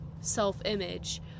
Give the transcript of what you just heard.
self-image